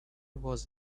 was